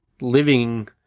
living